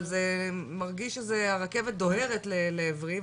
אבל זה מרגיש שזה הרכבת דוהרת לעברי,